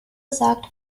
sagt